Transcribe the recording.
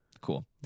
Cool